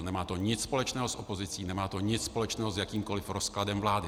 Nemá to nic společného s opozicí, nemá to nic společného s jakýmkoliv rozkladem vlády.